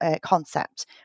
concept